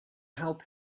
help